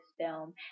film